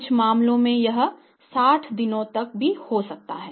कुछ मामलों में यह 60 दिनों तक का भी होता है